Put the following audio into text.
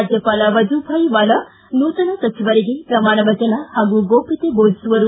ರಾಜ್ಯಪಾಲ ವಜೂಭಾಯ್ ವಾಲಾ ನೂತನ ಸಚಿವರಿಗೆ ಪ್ರಮಾಣ ವಚನ ಹಾಗೂ ಗೌಪ್ಯತೆ ಬೋಧಿಸುವರು